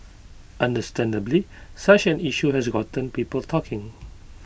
understandably such an issue has gotten people talking